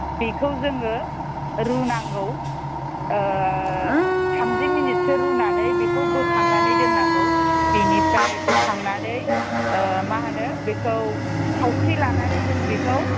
बेखौ जोङो रुनांगौ ओ थामजि मिनिटसो रुनानै बेखौ बोखांनानै दोननांगौ बेनिफ्राय बोखांनानै ओ मा होनो बेखौ थावख्रि लानानै जों बेखौ